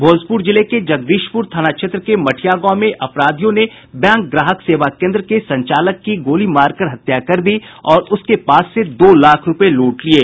भोजपुर जिले के जगदीशपुर थाना क्षेत्र के मठिया गांव में अपराधियों ने बैंक ग्राहक सेवा केन्द्र के संचालक की गोली मारकर हत्या कर दी और उसके पास से दो लाख रूपये लूट लिये